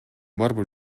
барбы